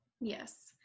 Yes